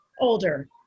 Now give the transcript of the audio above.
Older